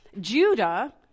Judah